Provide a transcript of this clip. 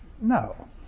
No